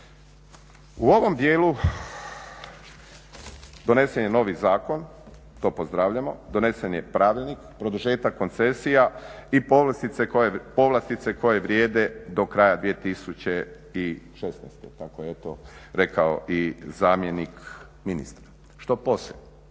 U ovom djelu donesen je novi Zakon, to pozdravljamo, donesen je pravilnik, produžetak koncesija i povlastice koje vrijede do kraja 2016. tako je to eto rekao i zamjenik ministra. Što poslije?